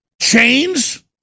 Chains